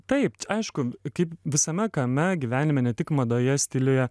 taip aišku kaip visame kame gyvenime ne tik madoje stiliuje